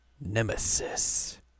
nemesis